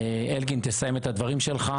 אלקין, תסיים את הדברים שלך.